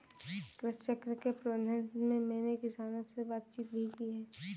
कृषि चक्र के संबंध में मैंने किसानों से बातचीत भी की है